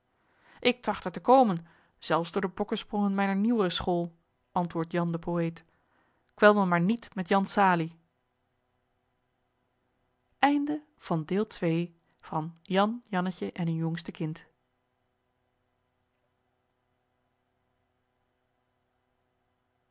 ik tracht er te komen zelfs door de bokkensprongen mijner nieuwere school antwoordt jan de poëet kwel me maar niet met jan salie